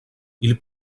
ils